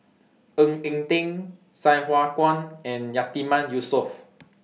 Ng Eng Teng Sai Hua Kuan and Yatiman Yusof